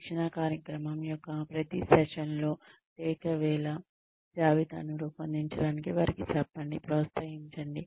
శిక్షణా కార్యక్రమం యొక్క ప్రతి సెషన్లో టేక్అవేల జాబితాను రూపొందించడానికి వారికి చెప్పండి ప్రోత్సహించండి